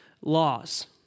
laws